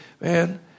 Man